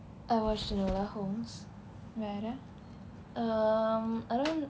I watched enola holmes um I don't